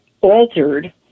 altered